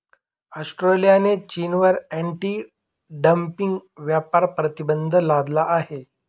ऑस्ट्रेलियाने चीनवर anti dumping व्यापार प्रतिबंध लादला आहे